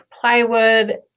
plywood